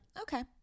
Okay